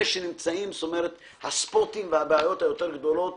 אלו שהבעיות הגדולות יותר